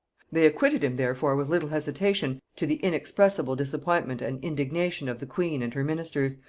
they acquitted him therefore with little hesitation, to the inexpressible disappointment and indignation of the queen and her ministers,